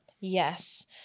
Yes